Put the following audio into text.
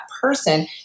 person